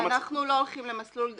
אנחנו לא הולכים למסלול אזרחי,